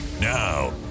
Now